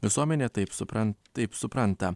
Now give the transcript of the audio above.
visuomenė taip supran taip supranta